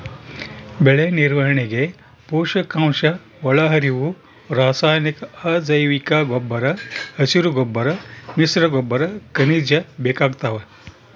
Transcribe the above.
ಬೆಳೆನಿರ್ವಹಣೆಗೆ ಪೋಷಕಾಂಶಒಳಹರಿವು ರಾಸಾಯನಿಕ ಅಜೈವಿಕಗೊಬ್ಬರ ಹಸಿರುಗೊಬ್ಬರ ಮಿಶ್ರಗೊಬ್ಬರ ಖನಿಜ ಬೇಕಾಗ್ತಾವ